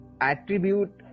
attribute